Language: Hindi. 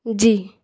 जी